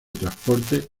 transporte